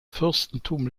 fürstentum